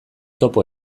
topo